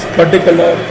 particular